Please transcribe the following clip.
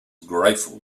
grateful